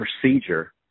procedure